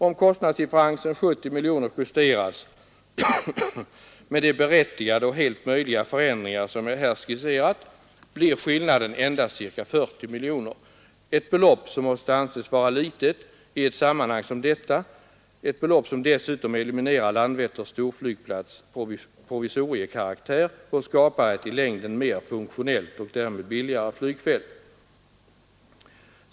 Om kostnadsdifferensen 70 miljoner kronor justeras med de berättigade och helt möjliga förändringar som jag här skisserat blir skillnaden endast ca 40 miljoner kronor — ett belopp som måste anses vara litet i ett sammanhang som detta, ett belopp som dessutom eliminerar Landvetters storflygplats” provisoriekaraktär och skapar ett i längden mer funktionellt och därmed billigare flygfält.